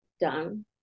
done